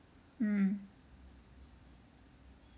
mm